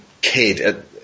kid